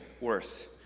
worth